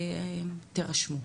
ותרשמו.